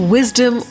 Wisdom